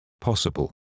possible